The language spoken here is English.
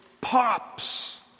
pops